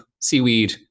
seaweed